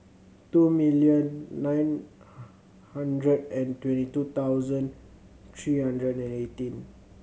two million nine hundred and twenty two thousand three hundred and eighteen